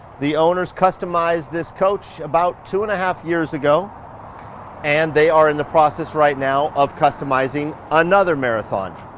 the owners customized this coach about two and a half years ago and they are in the process right now of customizing another marathon,